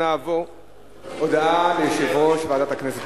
הודעה ליושב-ראש ועדת הכנסת,